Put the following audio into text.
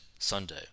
Sunday